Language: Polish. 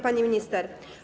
Pani Minister!